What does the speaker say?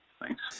Thanks